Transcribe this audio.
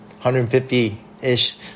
150-ish